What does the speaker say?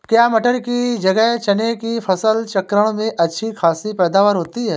क्या मटर की जगह चने की फसल चक्रण में अच्छी खासी पैदावार होती है?